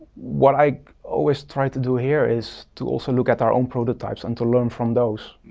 what i always try to do here is to also look at our own prototypes and to learn from those.